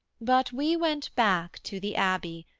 but we went back to the abbey,